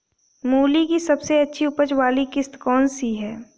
मूली की सबसे अच्छी उपज वाली किश्त कौन सी है?